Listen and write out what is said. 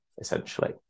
essentially